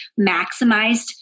maximized